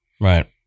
Right